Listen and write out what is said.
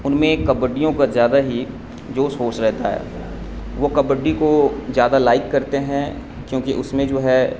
ان میں کبڈیوں کا زیادہ ہی جوش ووس رہتا ہے وہ کبڈی کو زیادہ لائک کرتے ہیں کیونکہ اس میں جو ہے